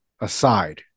aside